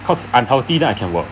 cause I'm healthy then I can work